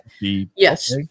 Yes